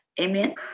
Amen